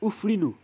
उफ्रिनु